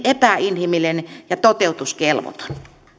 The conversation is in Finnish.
epäinhimillinen ja toteutuskelvoton